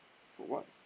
for what